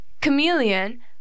Chameleon